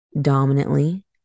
dominantly